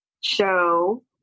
show